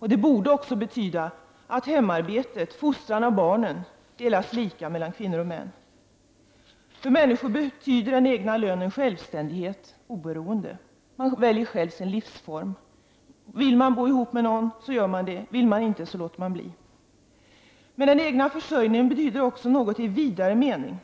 Det borde också betyda att hemarbete och fostran av barnen delas lika mellan kvinnor och män. För människan betyder den egna lönen självständighet och oberoende. Man väljer själv sin livsform. Vill man bo ihop med någon så gör man det, vill man inte så låter man bli. Den egna försörjningen betyder emellertid också något i vidare mening.